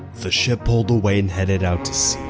the ship pulled away and headed out to sea.